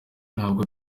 ntabwo